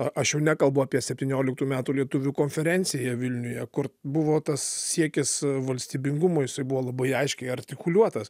a aš jau nekalbu apie septynioliktų metų lietuvių konferenciją vilniuje kur buvo tas siekis valstybingumo jisai buvo labai aiškiai artikuliuotas